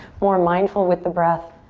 more mindful with the breath